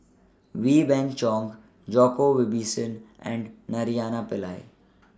Wee Beng Chong Djoko Wibisono and Naraina Pillai